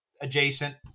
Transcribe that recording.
adjacent